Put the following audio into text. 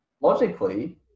logically